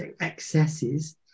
excesses